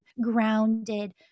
grounded